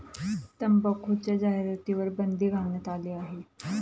तंबाखूच्या जाहिरातींवर बंदी घालण्यात आली आहे